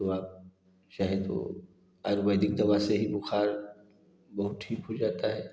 तो आप चाहे तो आयुर्वेदिक दवा से ही बुख़ार बहुत ठीक हो जाता है